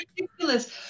ridiculous